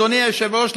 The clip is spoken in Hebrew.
אדוני היושב-ראש,